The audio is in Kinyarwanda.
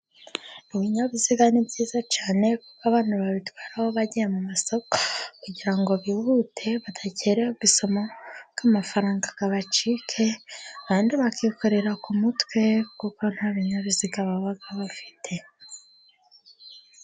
Ibinyabiziga ni byiza cyane, kuko abantu babitwararaho bagiye mu masoko, kugirango bihute badakerewe isoko, ngo amafaranga abacike, abandi bakikorera ku mutwe kuko nta binyabiziga baba bafite.